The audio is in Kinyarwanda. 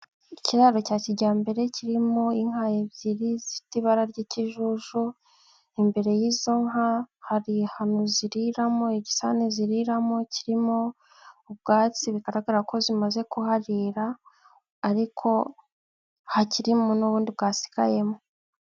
Ikiraro cya kijyambere kirimo inka ebyiri zifite ibara ry'ikijuju, imbere y'izo nka hari ahantu ziriramo, igisane ziriramo kirimo ubwatsi bigaragara ko zimaze kuharira ariko hakiririmo n'ubundi bwasigayemo.